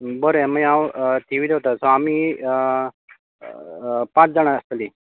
बरें मागीर हांव थिवी देंवता सो आमी पांच जाणां आसतलीं